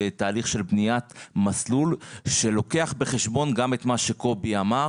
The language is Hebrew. בתהליך של בניית מסלול שלוקח בחשבון גם את מה שקובי אמר,